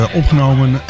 opgenomen